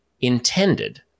intended